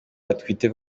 atwite